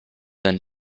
than